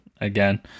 again